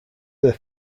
their